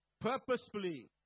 purposefully